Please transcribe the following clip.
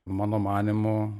mano manymu